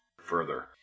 further